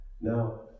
Now